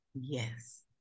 Yes